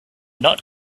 not